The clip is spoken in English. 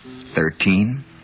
Thirteen